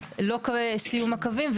לא סיום הקווים,